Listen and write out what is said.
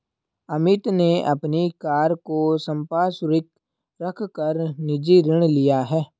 अमित ने अपनी कार को संपार्श्विक रख कर निजी ऋण लिया है